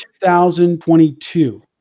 2022